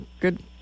good